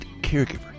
caregiver